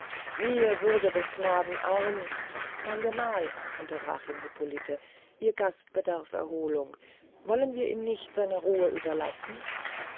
mir würde des knaben arm mein gemahl unterbrach ihn hippolite ihr gast bedarf erholung wollen wir ihn nicht seiner ruhe überlassen